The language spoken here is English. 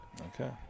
okay